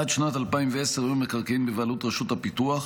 עד שנת 2010 היו המקרקעין בבעלות רשות הפיתוח.